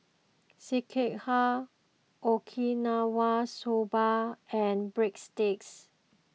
Sekihan Okinawa Soba and Breadsticks